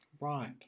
Right